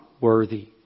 worthy